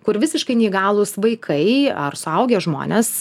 kur visiškai neįgalūs vaikai ar suaugę žmonės